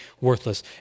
worthless